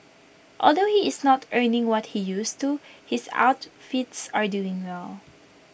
although he is not earning what he used to his outfits are doing well